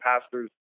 pastor's